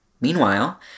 Meanwhile